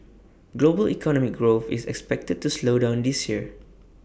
global economic growth is expected to slow down this year